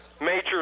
major